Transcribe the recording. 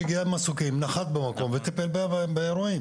שהגיע עם מסוקים, נחת במקום וטיפל באירועים.